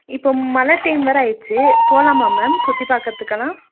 இப்போ மழ டைம் வேறு ஆயிருச்சு போகலாமா மேம் சுற்றி பார்க்குறதுக்கெல்லாம்